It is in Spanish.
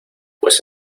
pues